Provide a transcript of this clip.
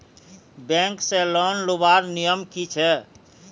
Bank से loan लुबार नियम की छे?